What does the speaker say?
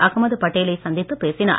அகமது படேலை சந்தித்து பேசினார்